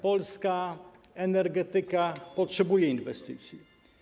Polska energetyka potrzebuje inwestycji.